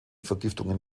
vergiftungen